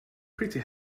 pretty